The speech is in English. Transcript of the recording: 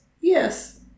Yes